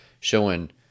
showing